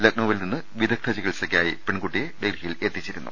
ലക്നൌവിൽ നിന്ന് വിദഗ്ദ്ധ ചികിത്സ ക്കായി പെൺകുട്ടിയെ ഡൽഹിയിൽ എത്തിച്ചിരുന്നു